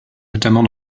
notamment